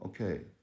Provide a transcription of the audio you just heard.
Okay